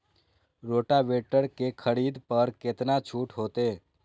Rotavator के खरीद पर केतना छूट होते?